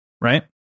Right